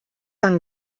dann